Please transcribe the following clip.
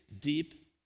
deep